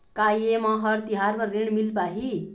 का ये म हर तिहार बर ऋण मिल पाही?